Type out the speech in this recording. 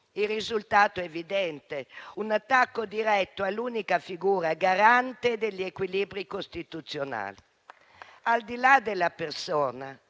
Il risultato è evidente; un attacco diretto all'unica figura garante degli equilibri costituzionali. Al di là della persona